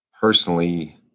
personally